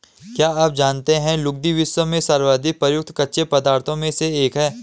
क्या आप जानते है लुगदी, विश्व में सर्वाधिक प्रयुक्त कच्चे पदार्थों में से एक है?